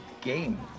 Game